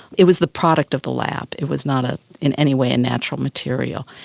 it was the product of the lab, it was not ah in any way a natural material.